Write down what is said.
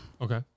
Okay